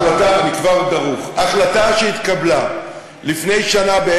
למרות החלטה שהתקבלה לפני שנה,